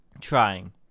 trying